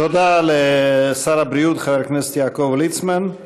תודה לשר הבריאות, חבר הכנסת יעקב ליצמן.